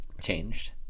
changed